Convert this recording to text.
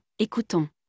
écoutons